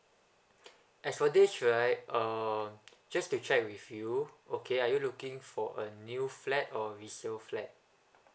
as for this right um just to check with you okay are you looking for a new flat or resale flat